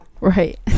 Right